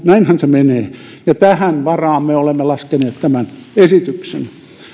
näinhän se menee ja tämän varaan me olemme laskeneet tämän esityksen